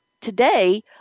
today